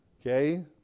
okay